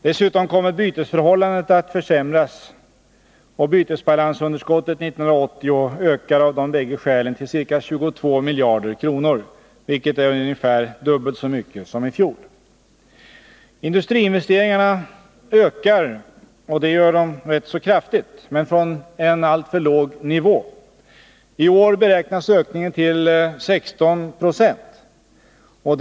Dessutom kommer bytesförhållandet att försämras. Bytesbalansunderskottet 1980 ökar av de bägge skälen till ca 22 miljarder kronor, vilket är ungefär dubbelt så mycket som i fjol. Industriinvesteringarna ökar rätt kraftigt, men från en alltför låg nivå. I år beräknas ökningen till 16 26.